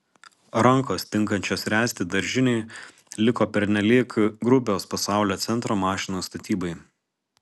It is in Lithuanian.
rankos tinkančios ręsti daržinei liko pernelyg grubios pasaulio centro mašinos statybai